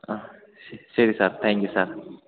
ആ ശരി ശരി സാർ താങ്ക് യൂ സാർ